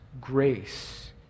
grace